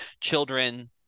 children